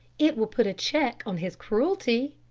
it will put a check on his cruelty.